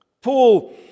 Paul